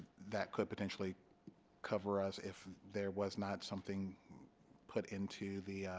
that could potentially cover us if there was not something put into the